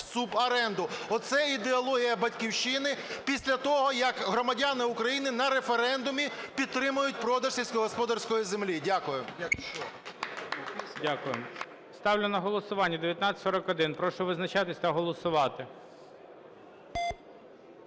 суборенду". Оце ідеологія "Батьківщини" після того, як громадяни України на референдумі підтримають продаж сільськогосподарської землі. Дякую.